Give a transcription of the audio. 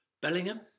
Bellingham